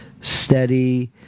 steady